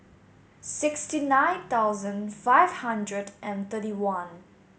sixty nine thousand five hundred and thirty one